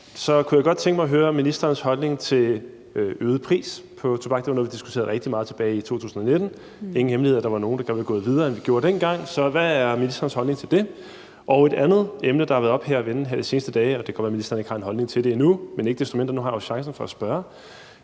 kunne jeg godt tænke mig at høre ministerens holdning til en øget pris på tobak. Det var noget, vi diskuterede rigtig meget tilbage i 2019. Det er ingen hemmelighed, at der var nogen, der gerne ville være gået videre, end man gjorde dengang. Så hvad er ministerens holdning til det? Der er et andet emne, der har været oppe at vende her de seneste dage, og det kan være, at ministeren ikke har en holdning til det endnu, men ikke desto mindre vil jeg stille